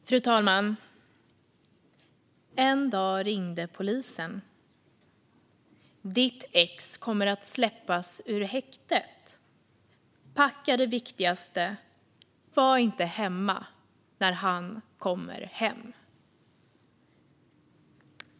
Fru talman! "En dag ringde polisen. Ditt ex kommer att släppas ur häktet. Packa det viktigaste. Var inte hemma när han kommer hem."